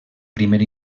primer